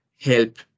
help